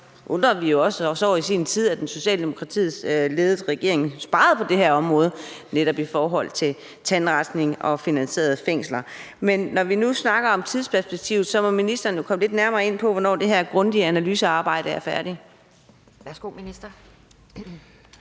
tid også over, at den socialdemokratisk ledede regering sparede på det her område, når det gjaldt tandrensning og finansiering af det i fængsler. Men når vi nu snakker om tidsperspektivet, så må ministeren jo komme lidt nærmere ind på, hvornår det her grundige analysearbejde er færdigt. Kl.